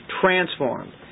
transformed